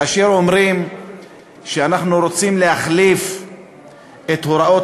כאשר אומרים שאנחנו רוצים להחליף את הוראות